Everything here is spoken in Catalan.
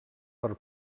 per